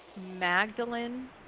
Magdalene